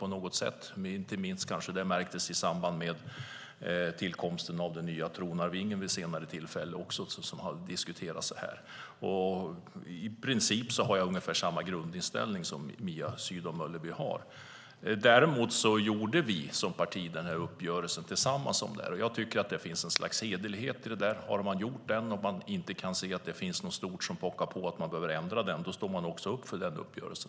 Det märktes inte minst i samband med tillkomsten av den nya tronarvingen, när detta diskuterades. I princip har jag ungefär samma grundinställning som Mia Sydow Mölleby. Vi gjorde som parti denna uppgörelse tillsammans med andra, och jag tycker att det finns ett slags hederlighet i det. Har man gjort den och inte kan se att det finns något stort som pockar på en ändring står man också upp för uppgörelsen.